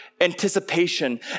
anticipation